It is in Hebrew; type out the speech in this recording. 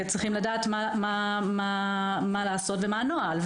-- צריכים לדעת מה לעשות ומה הנוהל.